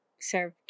serve